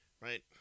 right